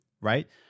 right